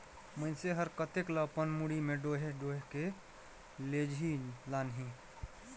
मइनसे हर कतेक ल अपन मुड़ी में डोएह डोएह के लेजही लानही